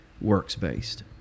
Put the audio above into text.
works-based